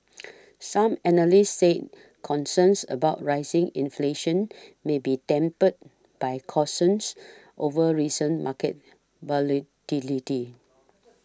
some analysts said concerns about rising inflation may be tempered by cautions over recent market volatility